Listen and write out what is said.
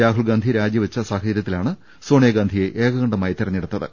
രാഹുൽ ഗാന്ധി രാജിവെച്ച സാഹചര്യത്തിലാണ് സോണിയാ ഗാന്ധിയെ ഏകകണ്ഠമായി തെരഞ്ഞെടുത്തത്